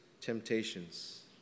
temptations